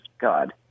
God